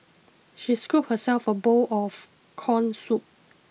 she scooped herself a bowl of corn soup